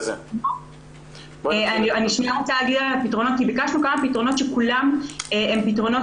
ביקשנו כמה פתרונות שכולם הם פתרונות